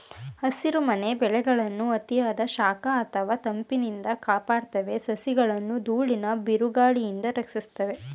ಹಸಿರುಮನೆ ಬೆಳೆಗಳನ್ನು ಅತಿಯಾದ ಶಾಖ ಅಥವಾ ತಂಪಿನಿಂದ ಕಾಪಾಡ್ತವೆ ಸಸಿಗಳನ್ನು ದೂಳಿನ ಬಿರುಗಾಳಿಯಿಂದ ರಕ್ಷಿಸ್ತದೆ